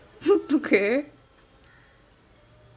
okay